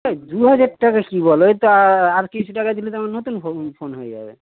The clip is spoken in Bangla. এই দু হাজার টাকা কী বল এত আর কিছু টাকা দিলে তো আমার নতুন ফো ফোন হয়ে যাবে